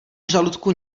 žaludku